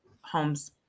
homes